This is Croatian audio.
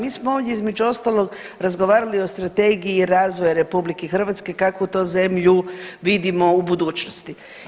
Mi smo ovdje, između ostalog, razgovarali o Strategiji razvoja RH kakvu to zemlju vidimo u budućnosti.